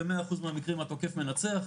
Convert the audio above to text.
ב-100 אחוז מהמקרים התוקף מנצח,